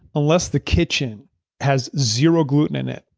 unless the kitchen has zero gluten in it,